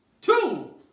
Two